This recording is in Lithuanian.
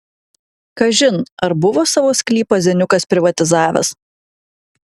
kažin ar buvo savo sklypą zeniukas privatizavęs